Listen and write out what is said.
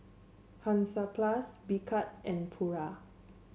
Hansaplast Picard and Pura